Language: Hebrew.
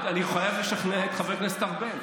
אני חייב לשכנע את חבר הכנסת ארבל.